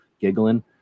giggling